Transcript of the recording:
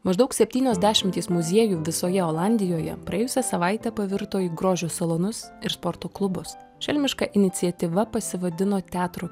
maždaug septynios dešimtys muziejų visoje olandijoje praėjusią savaitę pavirto į grožio salonus ir sporto klubus šelmiška iniciatyva pasivadino teatro